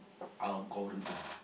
algorithm